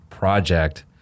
project